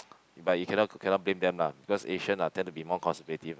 but you cannot cannot blame them lah because Asian are tend to be more conservative mah